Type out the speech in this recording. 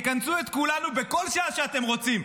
תכנסו את כולנו בכל שעה שאתם רוצים.